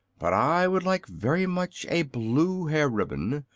but i would like very much a blue hair-ribbon.